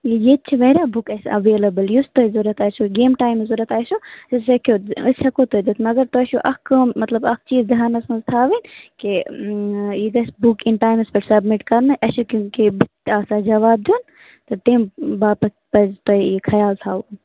یہِ ییٚتہِ چھِ واریاہ بُک اَسہِ ایٚویلٕبٕل یُس تۄہہِ ضروٗرت آسوٕ ییٚمہِ ٹایمہٕ ضروٗت آسوٕ أسۍ ہیٚکو أسۍ ہیٚکو تۄہہِ دِتھ مگر تۄہہِ چھُو اَکھ کٲم مطلب اَکھ چیٖز دھیانَس مَنٛز تھاوٕنۍ کہِ یہِ گَژھِ بُک یِنۍ ٹایمَس پیٚٹھ سَبمِٹ کَرنہٕ اَسہِ چھُ چونکہِ بُتھِ آسان جواب دیُن تہٕ تَمہِ باپَتھ پَزِ تۄہہِ یہِ خیال تھاوُن